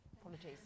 Apologies